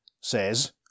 says